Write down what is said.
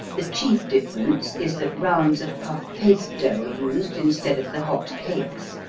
the chief difference is that rounds of puff paste dough are used instead of the hot cakes,